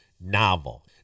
novel